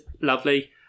lovely